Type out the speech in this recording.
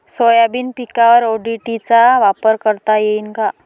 Soybean पिकावर ODT चा वापर करता येईन का?